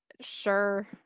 sure